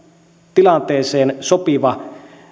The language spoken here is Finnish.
tilanteeseen sopiva